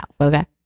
Okay